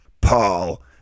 Paul